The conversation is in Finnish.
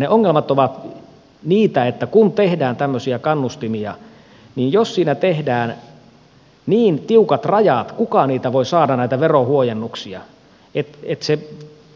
ne ongelmat ovat niitä että kun tehdään tämmöisiä kannustimia niin jos siinä tehdään niin tiukat rajat kuka niitä verohuojennuksia voi saada että se